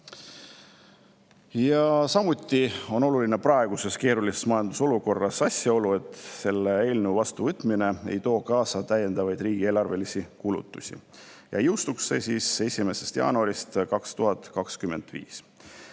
Samuti on oluline praeguses keerulises majandusolukorras asjaolu, et selle eelnõu vastuvõtmine ei too kaasa täiendavaid riigieelarvelisi kulutusi. See jõustuks 1. jaanuarist 2025.